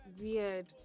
weird